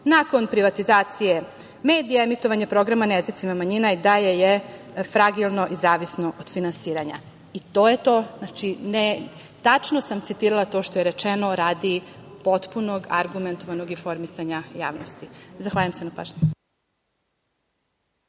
Nakon privatizacije medija emitovanje programa na jezicima manjina je i dalje fragilno i zavisno od finansiranja i to je to. Tačno sam citirala to što je rečeno, radi potpunog argumentovanog informisanja javnosti. Zahvaljujem se na pažnji.